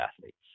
athletes